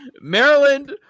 Maryland